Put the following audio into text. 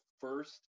first